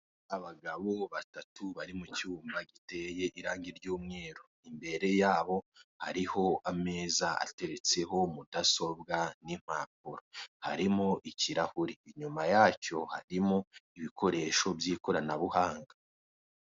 Abagabo batatu bari mu cyumba giteye irangi ry'umweru, imbere yaho hariho ameza ateretseho mudasobwa n'impapuro, harimo ikirahuri, inyuma yacyo hariho ibikoresho by'ikoranabuhanga.